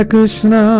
Krishna